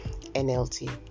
NLT